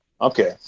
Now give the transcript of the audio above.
Okay